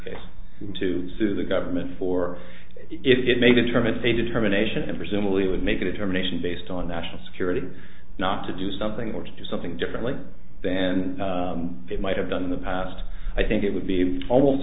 case to sue the government for it may determine a determination and presumably would make a determination based on national security not to do something or to do something differently than it might have done in the past i think it would be almost